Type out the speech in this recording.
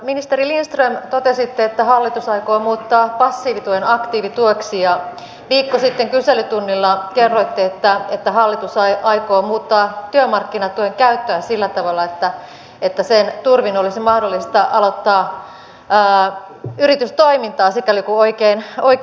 ministeri lindström totesitte että hallitus aikoo muuttaa passiivituen aktiivitueksi ja viikko sitten kyselytunnilla kerroitte että hallitus aikoo muuttaa työmarkkinatuen käyttöä sillä tavalla että sen turvin olisi mahdollista aloittaa yritystoimintaa sikäli kun oikein muistan